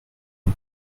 une